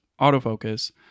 autofocus